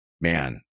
man